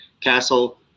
castle